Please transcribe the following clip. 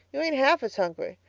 you ain't half as hungry.